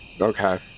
Okay